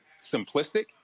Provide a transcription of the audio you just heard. simplistic